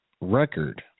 record